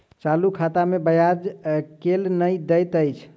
चालू खाता मे ब्याज केल नहि दैत अछि